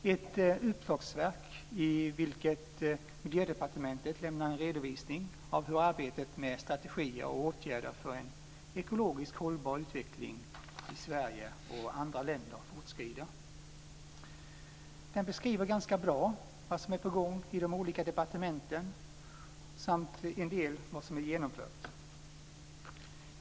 Det är ett uppslagsverk i vilket Miljödepartementet lämnar en redovisning av hur arbetet med strategier och åtgärder för en ekologiskt hållbar utveckling i Sverige och andra länder fortskrider. Det beskriver ganska bra vad som är på gång i de olika departementen samt en del av vad som är genomfört.